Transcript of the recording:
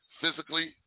physically